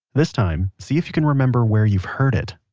this time, see if you can remember where you've heard it